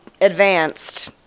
advanced